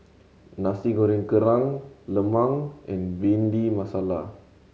Nasi Goreng Kerang lemang and Bhindi Masala